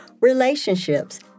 relationships